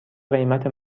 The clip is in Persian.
قیمت